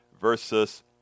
versus